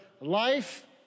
life